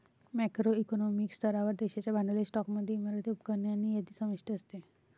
macro economic स्तरावर, देशाच्या भांडवली स्टॉकमध्ये इमारती, उपकरणे आणि यादी समाविष्ट असते